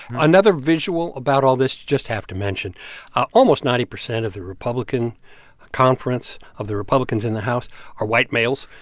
another visual about all this just have to mention almost ninety percent of the republican conference of the republicans in the house are white males.